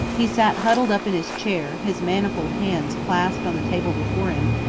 he sat huddled up in his chair, his manacled hands clasped on the table before him,